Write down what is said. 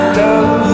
love